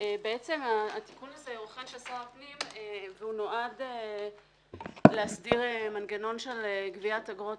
התיקון הזה נועד להסדיר מנגנון של גביית אגרות